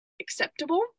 acceptable